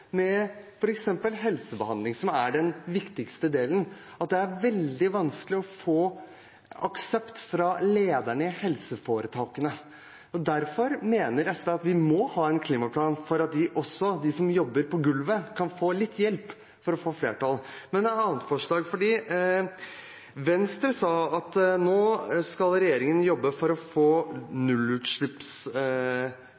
helsebehandling, som er det viktigste, så det er veldig vanskelig å få aksept fra lederne i helseforetakene. Derfor mener SV at vi må ha en klimaplan for at også de som jobber på gulvet, kan få litt hjelp for å få flertall. Et annet forslag: Venstre sa at nå skal regjeringen jobbe for å få